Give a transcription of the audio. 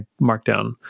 markdown